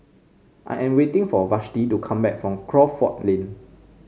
I am waiting for Vashti to come back from Crawford Lane